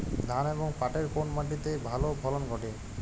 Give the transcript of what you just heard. ধান এবং পাটের কোন মাটি তে ভালো ফলন ঘটে?